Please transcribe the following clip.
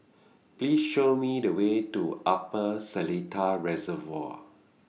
Please Show Me The Way to Upper Seletar Reservoir